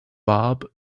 bob